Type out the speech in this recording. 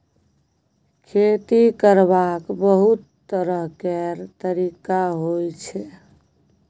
खेती करबाक बहुत तरह केर तरिका होइ छै